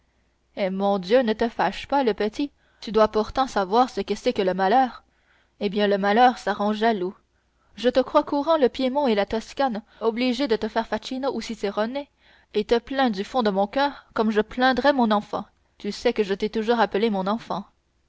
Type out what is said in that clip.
eh mon dieu ne te fâche pas le petit tu dois pourtant savoir ce que c'est que le malheur eh bien le malheur ça rend jaloux je te crois courant le piémont et la toscane obligé de te faire faccino ou cicerone je te plains du fond de mon coeur comme je plaindrais mon enfant tu sais que je t'ai toujours appelé mon enfant